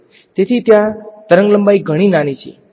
તેથી ત્યાં તરંગલંબાઇ ઘણી નાની છે